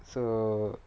so